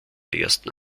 ersten